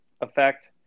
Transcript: effect